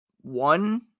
one